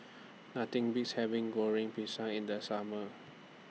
Nothing Beats having Goreng Pisang in The Summer